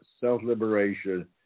Self-Liberation